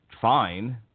fine